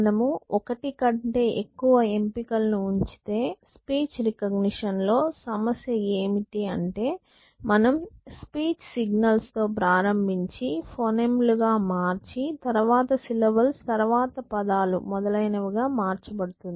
మనము ఒకటి కంటే ఎక్కువ ఎంపికలను ఉంచితే స్పీచ్ రికగ్నిషన్లో సమస్య ఏమిటి అంటే మనం స్పీచ్ సిగ్నల్ తో ప్రారంభించి ఫొనీమ్ లు గా మార్చి తర్వాత సిలబల్స్ తరువాత పదాలు మొదలైనవి గా మార్చబడుతుంది